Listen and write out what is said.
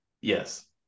Yes